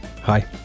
Hi